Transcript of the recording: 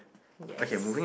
yes